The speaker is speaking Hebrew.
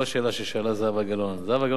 לא השאלה ששאלה זהבה גלאון.